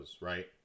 right